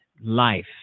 life